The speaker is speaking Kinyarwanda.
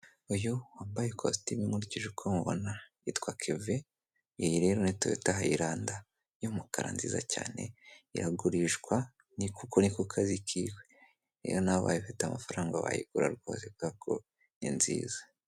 Uyu wambaye ikositimu nkurikije uko mubona yitwa Keve iyi rero toyota hayiranda y'umukara nziza cyane iragurishwa ni kuko niko kazi kiwe iyaba nawe ifite amafaranga wayigura rwose kubera ko ni nziza.